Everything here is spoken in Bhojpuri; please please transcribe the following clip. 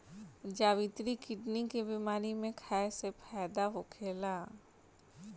जावित्री किडनी के बेमारी में खाए से फायदा होखेला